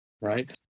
right